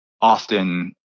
often